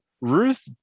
Ruth